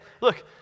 Look